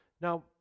Now